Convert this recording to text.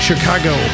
Chicago